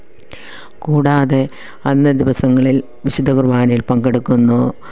കൂടാതെ അന്നേ ദിവസങ്ങളിൽ വിശുദ്ധ കുർബാനയിൽ പങ്കെടുക്കുന്നു